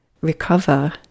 recover